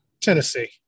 Tennessee